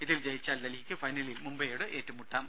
ഇതിൽ ജയിച്ചാൽ ഡൽഹിക്ക് ഫൈനലിൽ മുംബൈയോട് ഏറ്റുമുട്ടാം